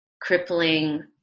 crippling